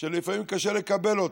שלפעמים קשה לקבל אותה,